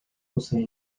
posee